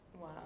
Wow